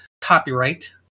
copyright